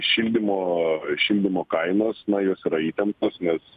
šildymo šildymo kainos na jos yra įtemptos nes